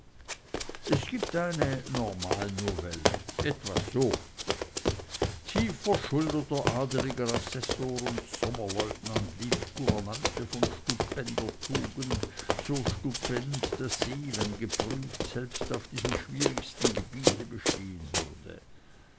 es gibt eine normalnovelle etwa so tiefverschuldeter adeliger assessor und sommerleutnant liebt gouvernante von stupender tugend so stupende daß sie wenn geprüft selbst auf diesem schwierigsten gebiete bestehen würde